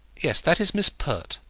yes, that is miss pert.